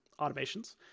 automations